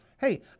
hey